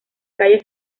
calle